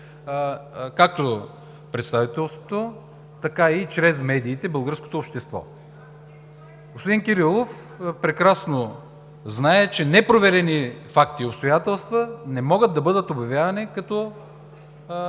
както представителството, така и чрез медиите българското общество. Господин Кирилов прекрасно знае, че непроверени факти и обстоятелства не могат да бъдат обявявани като такива.